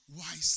wisely